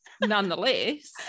nonetheless